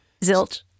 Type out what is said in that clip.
zilch